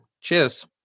Cheers